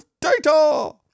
data